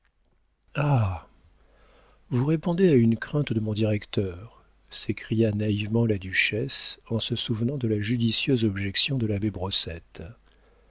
ah vous répondez à une crainte de mon directeur s'écria naïvement la duchesse en se souvenant de la judicieuse objection de l'abbé brossette